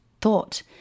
thought